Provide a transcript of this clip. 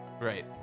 Right